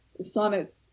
sonnet